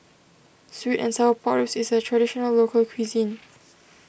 Sweet and Sour Pork Ribs is a Traditional Local Cuisine